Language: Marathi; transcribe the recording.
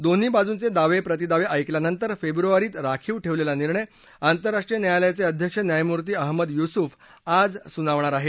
दोन्ही बाजूंचे दावे प्रतिदावे ऐकल्यानंतर फेब्रुवारीमधे राखीव ठेवलेला निर्णय आंतरराष्ट्रीय न्यायालयाचे अध्यक्ष न्यायमूर्ती अहमद युसूफ आज सुनावणार आहेत